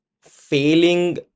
failing